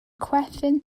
chwerthin